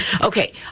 Okay